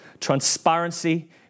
transparency